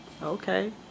Okay